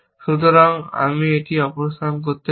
সুতরাং আমি এটি অপসারণ করতে পারি